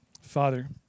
Father